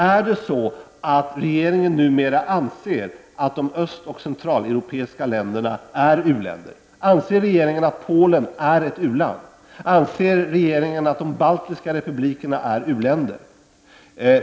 Är det så att regeringen numera anser att de östoch centraleuropeiska länderna är u-länder? Anser regeringen att Polen är ett u-land? Anser regeringen att de baltiska republikerna är u-länder?